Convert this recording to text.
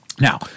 Now